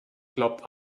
glaubt